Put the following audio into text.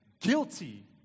guilty